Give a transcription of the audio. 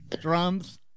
drums